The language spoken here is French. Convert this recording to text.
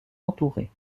entouré